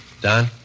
Don